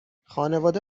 خانواده